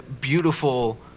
beautiful